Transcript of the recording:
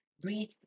breathe